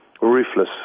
ruthless